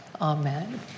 Amen